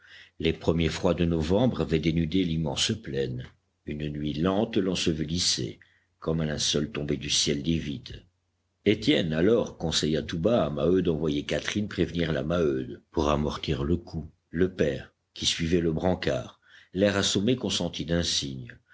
les premiers froids de novembre avaient dénudé l'immense plaine une nuit lente l'ensevelissait comme un linceul tombé du ciel livide étienne alors conseilla tout bas à maheu d'envoyer catherine prévenir la maheude pour amortir le coup le père qui suivait le brancard l'air assommé consentit d'un signe